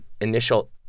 initial